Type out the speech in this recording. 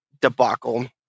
debacle